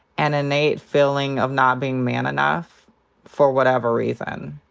an innate feeling of not being man enough for whatever reason.